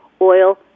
oil